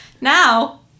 Now